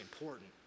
important